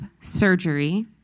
surgery